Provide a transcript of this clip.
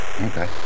Okay